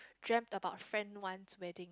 dreamt about friend's one wedding